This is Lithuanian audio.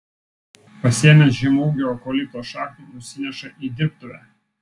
pasiėmęs žemaūgio eukalipto šaknį nusineša į dirbtuvę